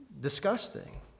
disgusting